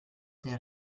der